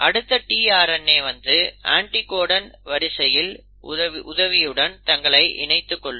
அடுத்த tRNA வந்து anticodon வரிசையின் உதவியுடன் தங்களை இணைத்துக் கொள்ளும்